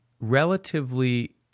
relatively